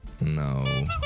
No